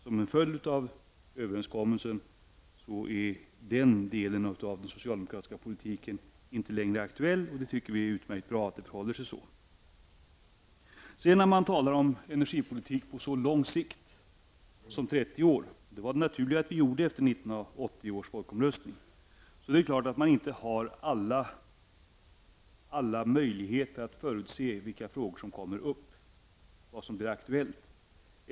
Som en följd av överenskommelsen noterar vi att den delen av den socialdemokratiska politiken inte längre är aktuell, och vi anser det utmärkt bra att det förhåller sig så. När man talar om energipolitik på så lång sikt som 30 år, vilket var det naturliga efter 1980 års folkomröstning, är det självklart att man inte har alla möjligheter att förutse vilka frågor som kan bli aktuella.